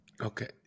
Okay